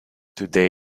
today